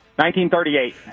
1938